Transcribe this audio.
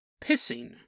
Pissing